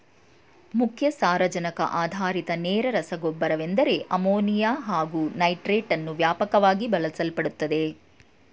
ಮುಖ್ಯ ಸಾರಜನಕ ಆಧಾರಿತ ನೇರ ರಸಗೊಬ್ಬರವೆಂದರೆ ಅಮೋನಿಯಾ ಹಾಗು ನೈಟ್ರೇಟನ್ನು ವ್ಯಾಪಕವಾಗಿ ಬಳಸಲ್ಪಡುತ್ತದೆ